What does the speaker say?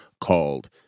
called